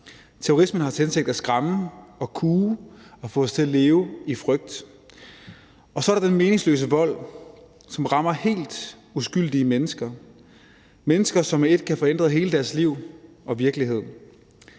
Terrorisme er tiltænkt at skræmme og kue og få os til at leve i frygt, og så er der den meningsløse vold, som rammer helt uskyldige mennesker – mennesker, som med ét kan få ændret hele deres liv og virkelighed.